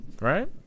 right